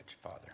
Father